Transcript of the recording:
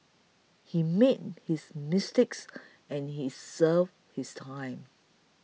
he made his mistakes and he served his time